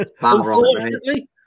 Unfortunately